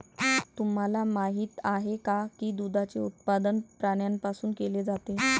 तुम्हाला माहित आहे का की दुधाचे उत्पादन प्राण्यांपासून केले जाते?